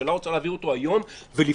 הממשלה רוצה להעביר אותו היום ולפגוע.